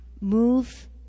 Move